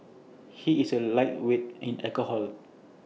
he is A lightweight in alcohol